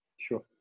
sure